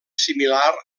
similar